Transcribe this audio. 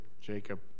Jacob